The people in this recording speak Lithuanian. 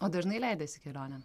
o dažnai leidiesi kelionėn